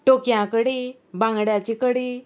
टोकयां कडी बांगड्याची कडी